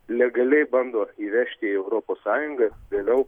legaliai bando įvežti į europos sąjungą vėliau